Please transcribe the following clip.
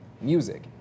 music